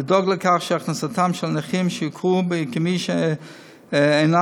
לדאוג לכך שהכנסתם של נכים שהוכרו כמי שאינם